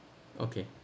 okay